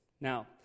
Now